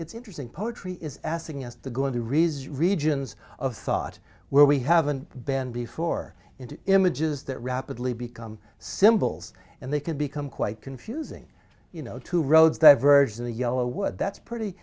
it's interesting poetry is asking us to go into reason regions of thought where we haven't been before and images that rapidly become symbols and they can become quite confusing you know two roads diverged in a yellow wood that's pretty